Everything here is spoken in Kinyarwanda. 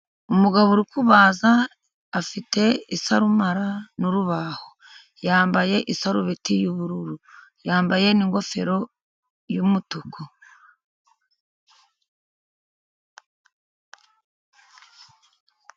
Umugabo uri kubaza afite isarumara n' urubaho, yambaye isarubeti y'ubururu, yambaye n' ingofero y'umutuku.